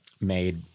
made